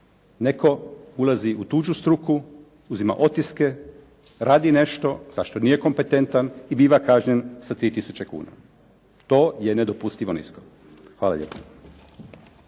Netko ulazi u tuđu struku, uzima otiske, radi nešto za što nije kompetentan i biva kažnjen sa 3 tisuće kuna. To je nedopustivo nisko. Hvala lijepo.